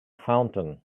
fountain